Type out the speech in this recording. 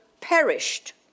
perished